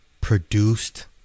produced